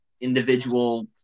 individual